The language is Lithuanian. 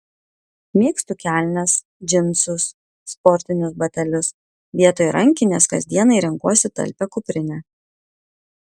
mėgstu kelnes džinsus sportinius batelius vietoj rankinės kasdienai renkuosi talpią kuprinę